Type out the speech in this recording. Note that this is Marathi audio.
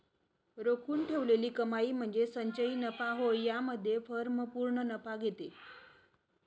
राखून ठेवलेली कमाई म्हणजे संचयी नफा होय यामध्ये फर्म पूर्ण नफा घेते